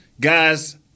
guys